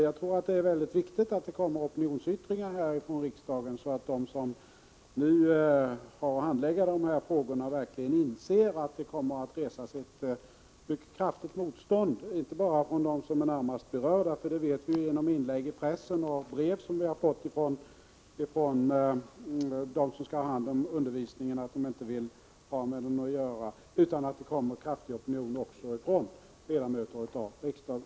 Jag tror det är väldigt viktigt att det avges opinionsyttringar från riksdagen, så att de som nu har att handlägga frågorna verkligen inser att det kommer att resas ett mycket kraftigt motstånd, inte bara från dem som är närmast berörda — vi vet ju genom inlägg i pressen och genom brev som vi har fått från dem som skall ha hand om undervisningen att de inte vill ha med verksamheten att göra — utan också från ledamöter av riksdagen.